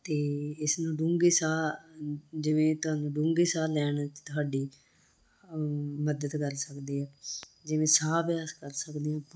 ਅਤੇ ਇਸ ਨੂੰ ਡੂੰਘੇ ਸਾਹ ਜਿਵੇਂ ਤੁਹਾਨੂੰ ਡੂੰਘੇ ਸਾਹ ਲੈਣ ਦੀ ਤੁਹਾਡੀ ਮਦਦ ਕਰ ਸਕਦੇ ਹਾਂ ਜਿਵੇਂ ਸਾਹ ਅਭਿਆਸ ਕਰ ਸਕਦੇ ਹਾਂ ਆਪਾਂ